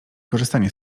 korzystanie